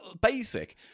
basic